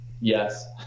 Yes